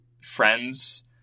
friends